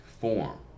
form